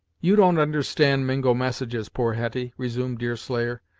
you don't understand mingo messages, poor hetty resumed deerslayer,